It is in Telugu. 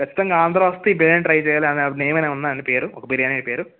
ఖచ్చితంగా ఆంధ్ర వస్తే ఈ బిర్యానీ ట్రై చేయాలి అని అని నేమ్ ఏమైనా ఉందా అండి పేరు ఒక బిర్యానీ పేరు